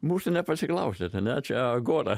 mūsų nepasiklausėt ane čia agora